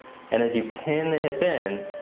and as you pin the hip in,